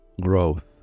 growth